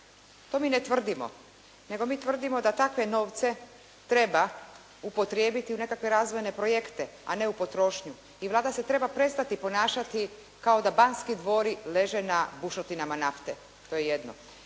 To mi ne tvrdimo. Nego mi tvrdimo da takve novce treba upotrijebiti u nekakve razvojne projekte a ne u potrošnju i Vlada se treba prestati ponašati kao da Banski dvori leže na bušotinama nafte. To je jedno.